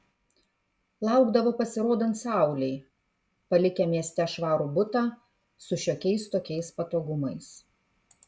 laukdavo pasirodant saulei palikę mieste švarų butą su šiokiais tokiais patogumais